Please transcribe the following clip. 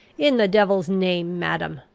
in the devil's name, madam,